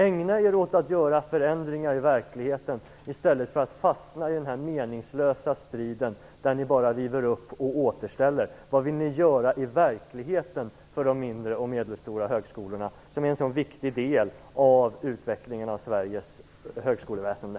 Ägna er åt att göra förändringar i verkligheten i stället för att fastna i en meningslös strid där ni bara river upp och återställer! Vad vill ni göra i verkligheten för de mindre och medelstora högskolorna, som är en så viktig del i utvecklingen av Sveriges högskoleväsende?